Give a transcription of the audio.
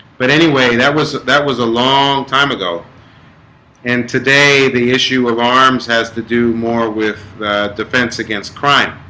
but anyway that was that was a long time ago and today the issue of arms has to do more with defense against crime,